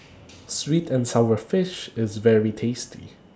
Sweet and Sour Fish IS very tasty